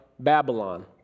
Babylon